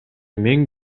мен